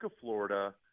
Florida